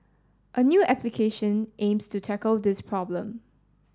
a new application aims to tackle this problem